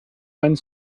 meinen